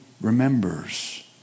remembers